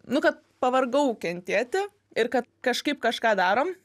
nu kad pavargau kentėti ir kad kažkaip kažką darom